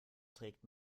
trägt